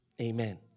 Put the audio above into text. Amen